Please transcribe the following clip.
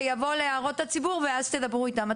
זה יבוא להערות הציבור ואז תדברו איתם.